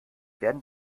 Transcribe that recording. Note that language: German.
werden